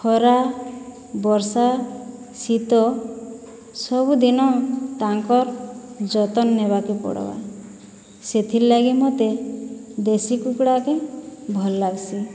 ଖରା ବର୍ଷା ଶୀତ ସବୁଦିନ ତାଙ୍କର୍ ଯତନ୍ ନେବାକେ ପଡ଼୍ବା ସେଥିର୍ ଲାଗି ମୋତେ ଦେଶୀ କୁକୁଡ଼ାକେ ଭଲ୍ ଲାଗ୍ସି